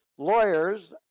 lawyers,